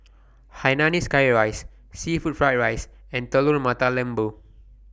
Hainanese Curry Rice Seafood Fried Rice and Telur Mata Lembu